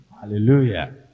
Hallelujah